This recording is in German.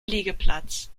liegeplatz